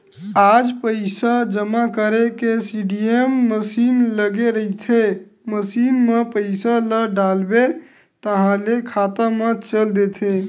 आज पइसा जमा करे के सीडीएम मसीन लगे रहिथे, मसीन म पइसा ल डालबे ताहाँले खाता म चल देथे